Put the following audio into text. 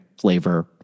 flavor